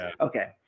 Okay